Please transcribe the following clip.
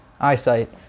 eyesight